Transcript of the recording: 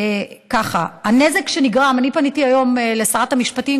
ככה: הנזק שנגרם אני פניתי היום לשרת המשפטים,